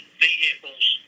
vehicles